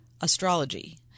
astrology